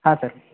ಹಾಂ ಸರ್